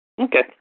Okay